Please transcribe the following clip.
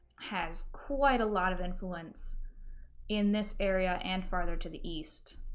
has quite a lot of influence in this area, and farther to the east